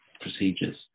procedures